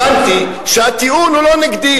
הבנתי שהטיעון הוא לא נגדי,